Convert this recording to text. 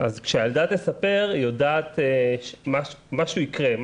אז כשהילדה תספר היא יודעת שמשהו יקרה,